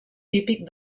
típic